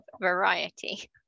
variety